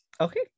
Okay